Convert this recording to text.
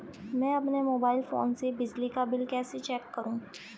मैं अपने mobile phone से बिजली का बिल कैसे चेक करूं?